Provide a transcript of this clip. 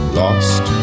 lost